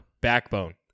Backbone